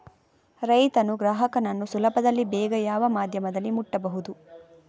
ರೈತನು ಗ್ರಾಹಕನನ್ನು ಸುಲಭದಲ್ಲಿ ಬೇಗ ಯಾವ ಮಾಧ್ಯಮದಲ್ಲಿ ಮುಟ್ಟಬಹುದು?